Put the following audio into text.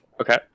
Okay